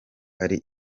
ari